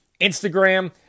Instagram